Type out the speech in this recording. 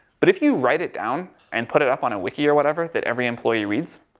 but if you write it down, and put it up on a wiki or whatever, that every employee reads.